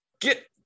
get